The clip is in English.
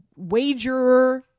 wagerer